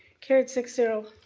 carried six zero.